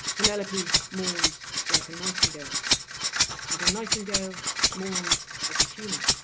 penelope mourns like a nightingale and a nightingale mourns like a human